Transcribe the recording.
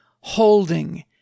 holding